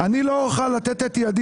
כיוון שאני לא הייתי בדיונים,